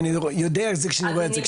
אבל אני יודע את זה כשאני רואה את זה.